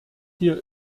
hier